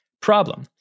problem